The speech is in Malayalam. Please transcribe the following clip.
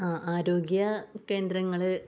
ആ ആരോഗ്യ കേന്ദ്രങ്ങൾ